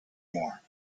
more